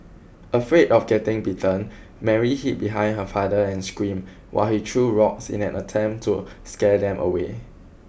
afraid of getting bitten Mary hid behind her father and screamed while he threw rocks in an attempt to scare them away